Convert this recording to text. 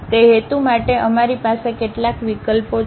તે હેતુ માટે અમારી પાસે કેટલાક વિકલ્પો છે